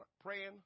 praying